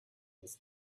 was